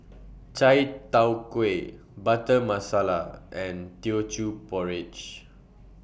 Chai Tow Kway Butter Masala and Teochew Porridge